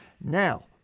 Now